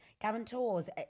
guarantors